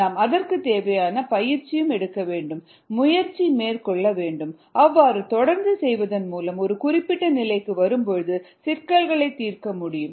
நாம் அதற்குத் தேவையான பயிற்சி எடுக்க வேண்டும் முயற்சி மேற்கொள்ள வேண்டும் அவ்வாறு தொடர்ந்து செய்வதன் மூலம் ஒரு குறிப்பிட்ட நிலைக்கு வரும்பொழுது சிக்கல்களை தீர்க்க முடியும்